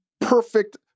perfect